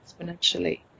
exponentially